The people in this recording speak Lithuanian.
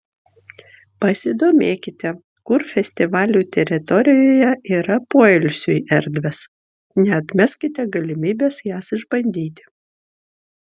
pasidomėkite kur festivalio teritorijoje yra poilsiui erdvės neatmeskite galimybės jas išbandyti